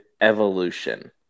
evolution